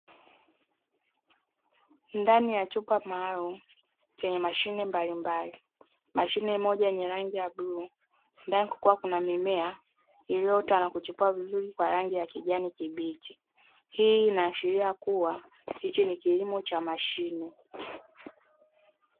Ndani ya chumba maalumu chenye mashine mbalimbali mashine moja yenye rangi ya bluu, ndani kukiwa kuna mimea iliyoota na kuchipua vizuri kwa rangi ya kijani kibichi. Hii inaashiria kuwa hichi ni kilimo cha mashine.